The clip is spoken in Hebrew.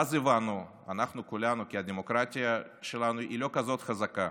ואז הבנו אנחנו כולנו כי הדמוקרטיה שלנו היא לא כזאת חזקה